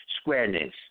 squareness